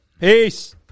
Peace